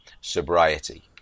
sobriety